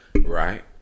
Right